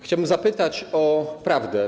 Chciałbym zapytać o prawdę.